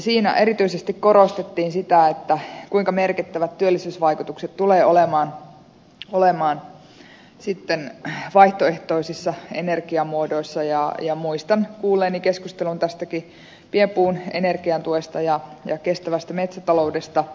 siinä erityisesti korostettiin sitä kuinka merkittävät työllisyysvaikutukset tulee olemaan vaihtoehtoisissa energiamuodoissa ja muistan kuulleeni keskustelun tästä pienpuun energiatuestakin ja kestävästä metsätaloudesta